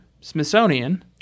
Smithsonian